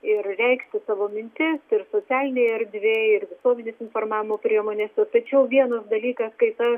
ir reikšti savo mintis ir socialinėj erdvėj ir visuomenės informavimo priemonėse tačiau vienas dalykas kai ta